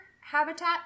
habitat